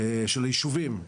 של ישובים.